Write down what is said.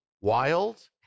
wild